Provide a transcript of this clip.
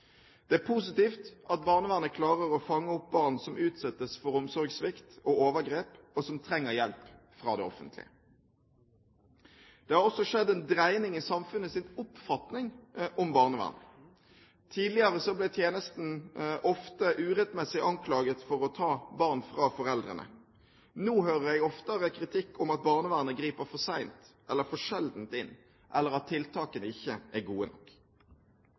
Det er positivt at barnevernet klarer å fange opp barn som utsettes for omsorgssvikt og overgrep, og som trenger hjelp fra det offentlige. Det har også skjedd en dreining i samfunnets oppfatning av barnevernet. Tidligere ble tjenesten ofte urettmessig anklaget for å ta barn fra foreldrene. Nå hører jeg oftere kritikk om at barnevernet griper for sent eller for sjelden inn, eller at tiltakene ikke er gode nok.